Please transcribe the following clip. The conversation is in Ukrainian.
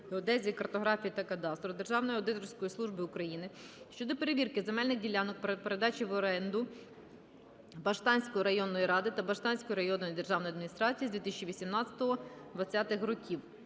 геодезії, картографії та кадастру, Державної аудиторської служби України щодо перевірки земельних ділянок при передачі в оренду Баштанської районної ради та Баштанської районної державної адміністрації з 2018-2020 рр.